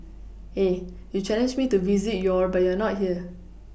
you challenged me to visit your but you are not here